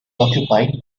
occupied